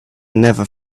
never